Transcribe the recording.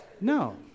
No